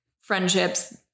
friendships